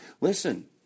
Listen